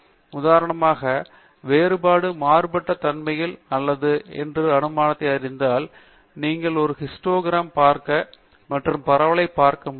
உதாரணமாக வெவ்வேறு மாறுபட்ட தன்மைகள் நல்லது என்று என் அனுமானத்தை அறிந்தால் நாங்கள் ஒரு ஹிஸ்டாக்ராம் பார்க்கவும் மற்றும் பரவலை பார்க்கவும் முடியும்